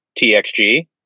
TXG